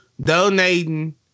donating